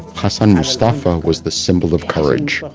hassan mustafa was the symbol of courage.